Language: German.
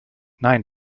nein